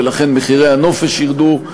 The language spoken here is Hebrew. ולכן מחירי הנופש ירדו,